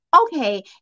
okay